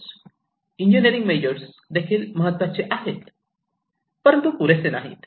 engineering measures देखील महत्त्वाचे आहेत परंतु पुरेसे नाहीत